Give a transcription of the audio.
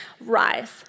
Rise